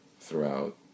throughout